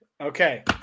Okay